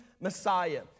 Messiah